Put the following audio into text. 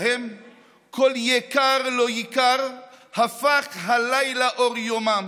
// להם / כל יקר / לא ייקר / הפך הלילה אור יומם.